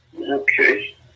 Okay